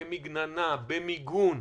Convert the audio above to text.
במגננה, במיגון,